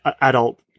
adult